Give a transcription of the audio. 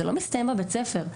זה לא מסתיים בבית הספר.